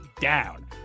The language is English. down